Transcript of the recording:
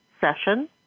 session